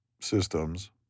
systems